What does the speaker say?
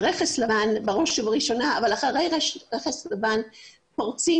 על רכס לבן בראש ובראשונה אבל אחרי רכס לבן פורצים